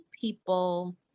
people